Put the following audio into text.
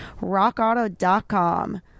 Rockauto.com